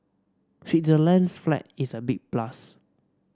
Switzerland's flag is a big plus